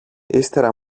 ύστερα